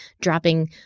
dropping